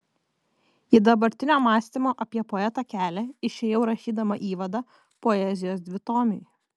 į dabartinio mąstymo apie poetą kelią išėjau rašydama įvadą poezijos dvitomiui